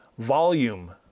volume